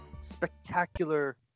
spectacular